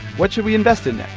what should we invest in next?